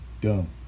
dumb